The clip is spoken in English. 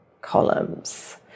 columns